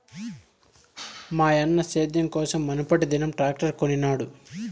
మాయన్న సేద్యం కోసం మునుపటిదినం ట్రాక్టర్ కొనినాడు